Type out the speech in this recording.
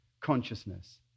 consciousness